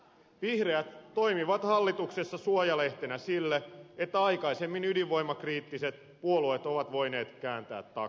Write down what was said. vihreät toimivat hallituksessa suojalehtenä sille että aikaisemmin ydinvoimakriittiset puolueet ovat voineet kääntää takkiaan